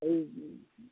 এই